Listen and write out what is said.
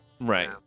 Right